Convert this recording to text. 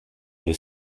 une